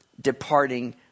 departing